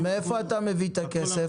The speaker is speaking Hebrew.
מאיפה אתה מביא את הכסף?